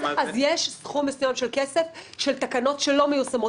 אז יש סכום מסוים של כסף של תקנות שלא מיישמות,